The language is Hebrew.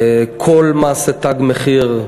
כל מעשה "תג מחיר"